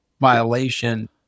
violation